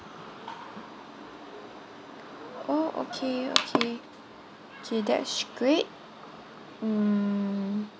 oh okay okay two that's great um